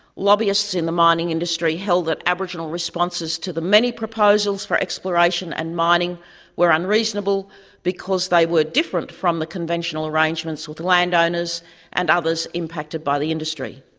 lobbyists in the mining industry held that aboriginal responses to the many proposals for exploration and mining were unreasonable because they were different from the conventional arrangements with land-owners and others impacted by the industry.